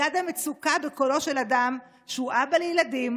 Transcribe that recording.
לעומת המצוקה בקולו של אדם שהוא אבא לילדים,